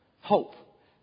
Hope